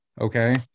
okay